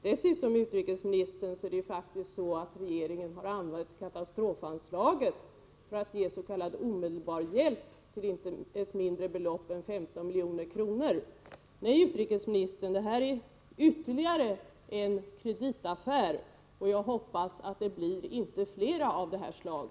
Dessutom, utrikesministern, har regeringen använt katastrofanslaget för att ge s.k. omedelbar hjälp till ett mindre belopp än 15 milj.kr. Detta är ytterligare en kreditaffär, och jag hoppas att det inte blir flera av detta slag.